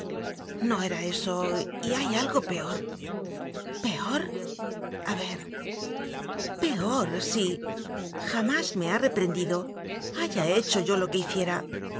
no era eso y hay algo peor peor a ver peor sí jamás me ha reprendido haya hecho yo lo que hiciera